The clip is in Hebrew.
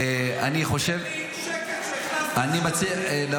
תן לי שקל שהכנסתם שהוא לא מיסים.